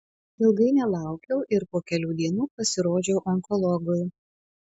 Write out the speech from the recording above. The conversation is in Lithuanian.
ilgai nelaukiau ir po kelių dienų pasirodžiau onkologui